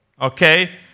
okay